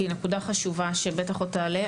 כי היא נקודה חשובה שבטח עוד תעלה,